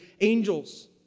angels